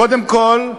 קודם כול,